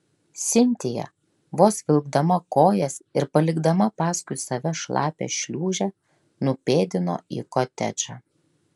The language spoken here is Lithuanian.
sintija vos vilkdama kojas ir palikdama paskui save šlapią šliūžę nupėdino į kotedžą